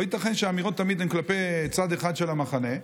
לא ייתכן שהאמירות הן תמיד כלפי צד אחד של המחנה.